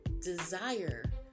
Desire